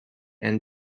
and